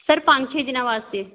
sir ਪੰਜ ਛੇ ਦਿਨਾਂ ਵਾਸਤੇ